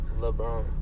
LeBron